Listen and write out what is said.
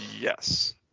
Yes